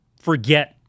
forget